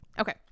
Okay